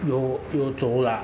有有走啦